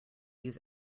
use